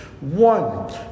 One